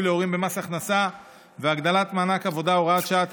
להורים במס הכנסה והגדלת מענק העבודה (הוראת שעה),